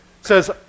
says